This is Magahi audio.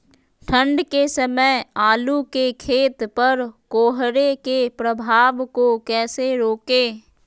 ठंढ के समय आलू के खेत पर कोहरे के प्रभाव को कैसे रोके?